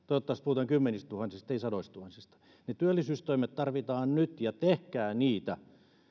toivottavasti puhutaan kymmenistätuhansista ei sadoistatuhansista ne työllisyystoimet tarvitaan nyt tehkää niitä